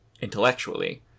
intellectually